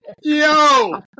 Yo